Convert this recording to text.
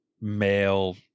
male